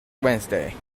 wednesday